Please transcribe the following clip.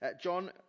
John